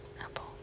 Apple